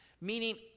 meaning